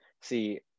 see